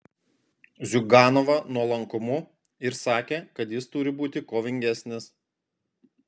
ziuganovą nuolankumu ir sakė kad jis turi būti kovingesnis